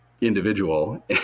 individual